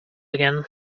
again